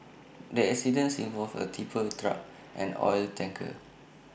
the accidence involved A tipper truck and oil tanker